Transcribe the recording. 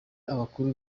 abakuru